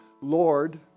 Lord